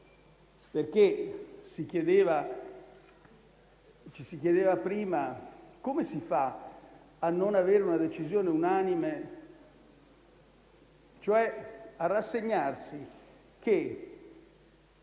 Ci si chiedeva prima come si fa a non avere una decisione unanime e a rassegnarsi